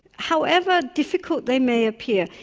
however difficult they may appear.